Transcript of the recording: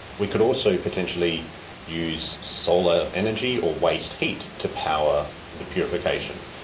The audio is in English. we could also potentially use solar energy or waste heat to power the purification.